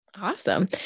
Awesome